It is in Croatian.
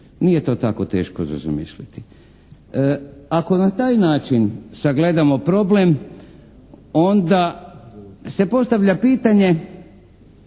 Nije to tako teško za zamisliti. Ako na taj način sagledamo problem onda se postavlja pitanje